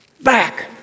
Back